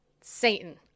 Satan